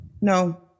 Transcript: No